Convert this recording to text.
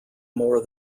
more